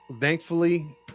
Thankfully